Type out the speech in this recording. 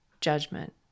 judgment